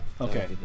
okay